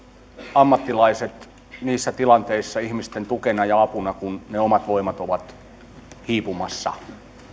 ammattilaiset niissä tilanteissa ihmisten tukena ja apuna kun ne omat voivat ovat hiipumassa